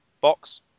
box